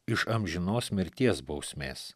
iš amžinos mirties bausmės